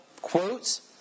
quotes